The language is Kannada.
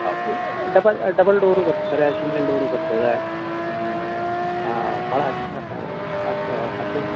ಡಬಲ್ ಡಬಲ್ ಡೋರು ಬರ್ತೆ ಸರಾ ಸಿಂಗಲ್ ಡೋರು ಬರ್ತದೆ ಭಾಳ ಅತ್ಯ ಅತ್ಯಂತ